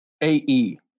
A-E